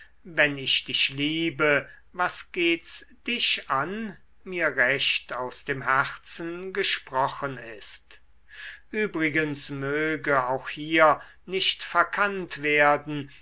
wenn ich dich liebe was geht's dich an mir recht aus dem herzen gesprochen ist übrigens möge auch hier nicht verkannt werden